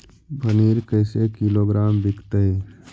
पनिर कैसे किलोग्राम विकतै?